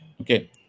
Okay